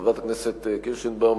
חברת הכנסת קירשנבאום,